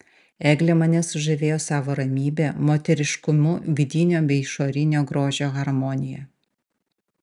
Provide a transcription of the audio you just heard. eglė mane sužavėjo savo ramybe moteriškumu vidinio bei išorinio grožio harmonija